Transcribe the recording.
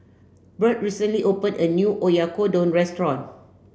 Birt recently opened a new Oyakodon restaurant